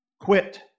Quit